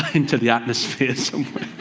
into the atmosphere so